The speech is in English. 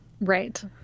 right